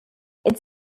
its